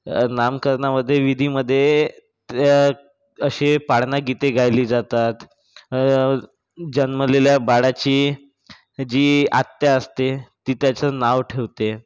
नामकरणामधे विधीमधे त्या असे पाळणा गीते गायली जातात जन्मलेल्या बाळाची जी आत्या असते ती त्याचं नाव ठेवते